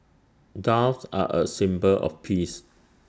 doves are A symbol of peace